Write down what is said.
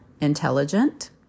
intelligent